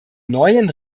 neuen